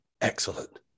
excellent